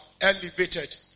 elevated